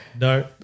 No